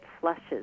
flushes